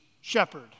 shepherd